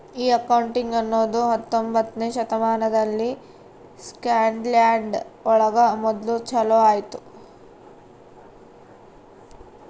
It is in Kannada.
ಈ ಅಕೌಂಟಿಂಗ್ ಅನ್ನೋದು ಹತ್ತೊಂಬೊತ್ನೆ ಶತಮಾನದಲ್ಲಿ ಸ್ಕಾಟ್ಲ್ಯಾಂಡ್ ಒಳಗ ಮೊದ್ಲು ಚಾಲೂ ಆಯ್ತು